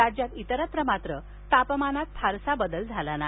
राज्यात इतरत्र मात्र तापमानात फारसा बदल झाला नाही